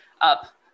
up